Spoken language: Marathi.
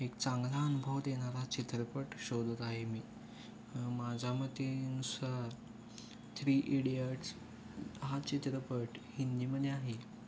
एक चांगला अनुभव देणारा चित्रपट शोधत आहे मी माझ्या मतानुसार थ्री इडियट्स हा चित्रपट हिंदीमध्ये आहे